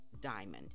diamond